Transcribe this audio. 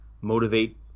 motivate